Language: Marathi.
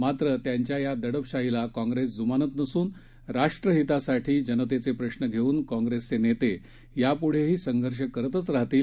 मात्र त्यांच्या या दडपशाहीला काँग्रेस ज्मानत नसून राष्ट्रहितासाठी जनतेचे प्रश्न घेऊन काँग्रेसचे नेते यापुढंही संघर्ष करतच राहतील